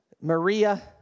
Maria